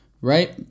right